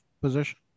position